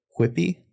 quippy